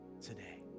today